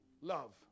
love